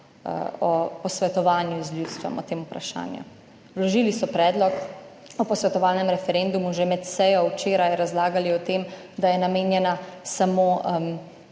o posvetovanju z ljudstvom o tem vprašanju. Vložili so predlog o posvetovalnem referendumu že med sejo, včeraj razlagali o tem, da je namenjena samo